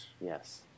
Yes